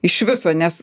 iš viso nes